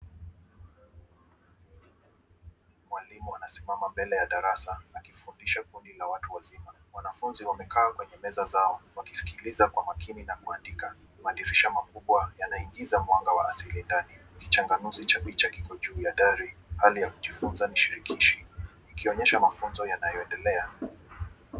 Mwalimu anasimama mbele ya darasa, akifundisha kundi la watu wazima. Wanafunzi wamekaa kwenye meza zao wakisikiliza kwa makini na kuandika. Madirisha makubwa yanaingiza mwanga wa asili ndani. Kichanganuzi cha picha kiko juu ya dari, hali ya kujifunza ni shirikishi ikionyesha mafunzo yanayoendelea.